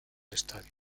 estadio